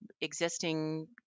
existing